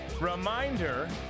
Reminder